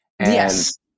Yes